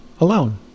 alone